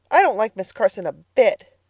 i don't like miss carson a bit.